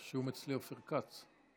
רשום אצלי אופיר כץ.